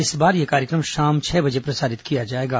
इस बार यह कार्यक्रम शाम छह बजे प्रसारित किया जाएगा